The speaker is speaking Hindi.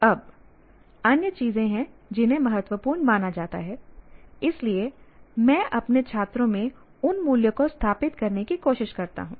अब अन्य चीजें हैं जिन्हें महत्वपूर्ण माना जाता है इसलिए मैं अपने छात्रों में उन मूल्यों को स्थापित करने की कोशिश करता हूं